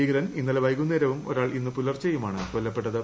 ഭീകരൻ ഇന്നലെ വൈകുന്നേരവും ഒരാൾ ഇന്ന് ഒരു പുലർച്ചെയുമാണ് കൊല്ലപ്പെട്ടത്